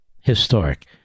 Historic